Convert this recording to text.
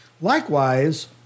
Likewise